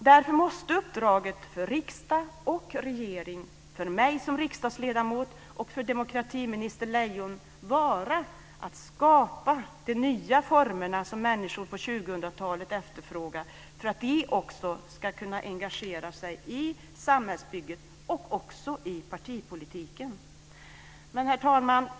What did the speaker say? Därför måste uppdraget för riksdag och för regering, för mig som riksdagsledamot och för demokratiminister Lejon, vara att skapa de nya formerna som människorna på 2000-talet efterfrågar för att de ska kunna engagera sig i samhällsbygget och i partipolitiken. Herr talman!